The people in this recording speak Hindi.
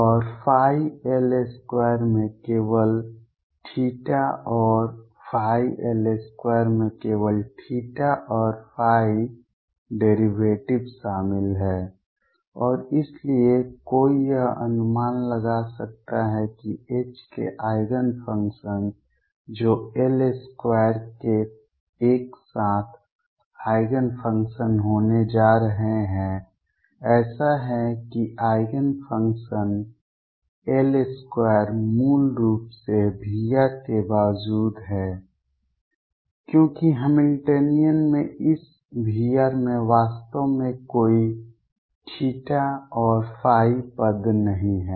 और ϕ L2 में केवल और L2 में केवल और ϕ डेरिवेटिव शामिल हैं और इसलिए कोई यह अनुमान लगा सकता है कि H के आइगेन फंक्शन्स जो L2 के एक साथ आइगेन फंक्शन्स होने जा रहे हैं ऐसा है कि आइगेन फंक्शन L2 मूल रूप से V के बावजूद हैं क्योंकि हैमिल्टनियन में इस V में वास्तव में कोई θ और पद नहीं हैं